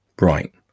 Right